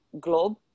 globe